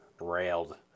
railed